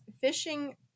Fishing